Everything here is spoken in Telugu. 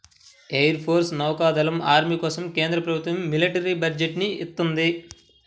ఎయిర్ ఫోర్సు, నౌకా దళం, ఆర్మీల కోసం కేంద్ర ప్రభుత్వం మిలిటరీ బడ్జెట్ ని ఇత్తంది